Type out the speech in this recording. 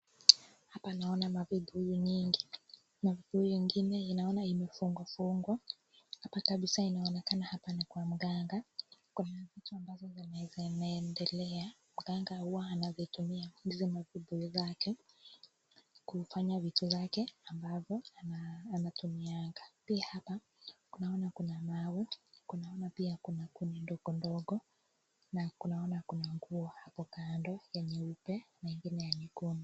Hapa naona mavibuyu nyingi. Mavibuyu ingine naona imefungwa fungwa. Hapa kabisa inaonekana hapa ni kwa mganga. Kuna vitu ambazo zinaendelea, mganga huwa anazitumia hizi mavibuyu zake kufanya vitu zake ambavyo anatumiaanga. Pia hapa naona kuna mawe, naona pia kuna kuni ndogo ndogo na naona kuna nguo hapo kando yenye nyeupe na ingine ya nyekundu.